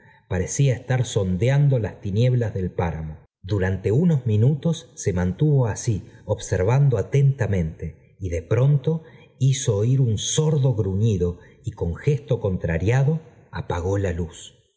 parecía estar sondeando las eblas del páramo durante unos minutos se mantuvo así observando atentamente y de pron to hizo oír un sordo gruñido y oon gesto contra a o paó la iuz